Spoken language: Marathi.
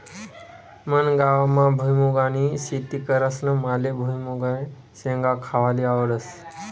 मना गावमा भुईमुंगनी शेती करतस माले भुईमुंगन्या शेंगा खावाले आवडस